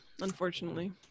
unfortunately